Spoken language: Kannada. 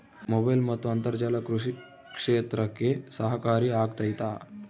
ಮೊಬೈಲ್ ಮತ್ತು ಅಂತರ್ಜಾಲ ಕೃಷಿ ಕ್ಷೇತ್ರಕ್ಕೆ ಸಹಕಾರಿ ಆಗ್ತೈತಾ?